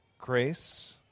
grace